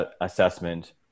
assessment